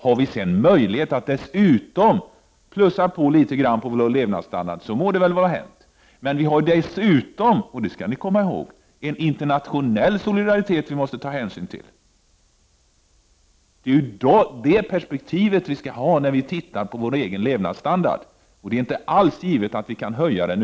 Om vi sedan har möjlighet att dessutom plussa på litet grand på vår levnadsstandard, så må väl det vara hänt. Vi måste dessutom — och det skall vi komma ihåg — ta hänsyn till den internationella solidariteten. Det är det perspektivet vi skall ha när vi tittar på vår levnadsstandard. Det är alltså inte alls givet att vi kan höja den.